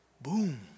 boom